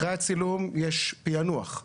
אחרי הצילום יש פיענוח.